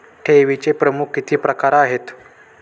ठेवीचे प्रमुख किती प्रकार आहेत?